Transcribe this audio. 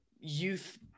youth